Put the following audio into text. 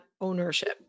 ownership